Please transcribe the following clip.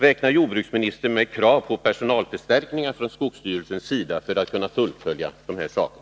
Räknar jordbruksministern med krav på personalförstärkningar från skogsstyrelsens sida för att man skall kunna fullfölja vad som påbörjats?